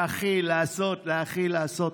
להחיל, לעשות, להחיל, לעשות.